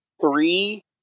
three